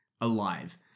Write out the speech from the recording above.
alive